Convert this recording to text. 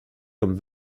comme